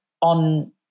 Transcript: on